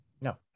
No